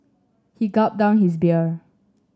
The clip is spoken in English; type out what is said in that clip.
he gulped down his beer